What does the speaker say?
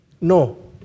No